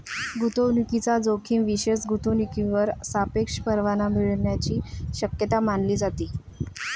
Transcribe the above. गुंतवणूकीचा जोखीम विशेष गुंतवणूकीवर सापेक्ष परतावा मिळण्याची शक्यता मानली जाते